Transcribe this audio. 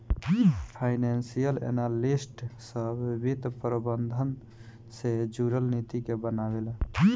financial analyst सभ वित्त प्रबंधन से जुरल नीति के बनावे ला